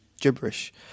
gibberish